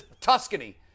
Tuscany